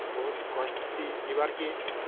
ବହୁତ କଷ୍ଟ ହେସି ଯିବାର୍ କି